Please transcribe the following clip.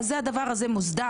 הדבר הזה מוסדר.